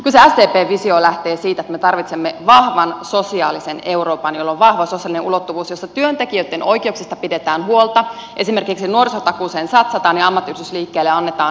kyllä se sdpn visio lähtee siitä että me tarvitsemme vahvan sosiaalisen euroopan jolla on vahva sosiaalinen ulottuvuus jossa työntekijöitten oikeuksista pidetään huolta esimerkiksi nuorisotakuuseen satsataan ja ammattiyhdistysliikkeelle annetaan kanneoikeus